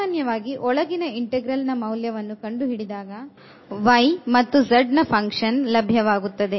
ಸಾಮಾನ್ಯವಾಗಿ ಒಳಗಿನ ಇಂಟೆಗ್ರಲ್ ನ ಮೌಲ್ಯವನ್ನು ಕಂಡುಹಿಡಿದಾಗ ನಮಗೆ y ಮತ್ತು z ನ ಫಂಕ್ಷನ್ ಲಭ್ಯವಾಗುತ್ತದೆ